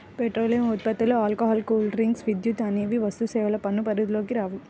petroleum ఉత్పత్తులు, alcohol drinks, విద్యుత్ అనేవి వస్తుసేవల పన్ను పరిధిలోకి రావు